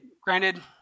granted